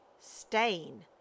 Stain